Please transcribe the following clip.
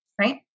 right